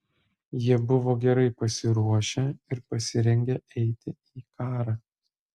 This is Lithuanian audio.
jie buvo gerai pasiruošę ir pasirengę eiti į karą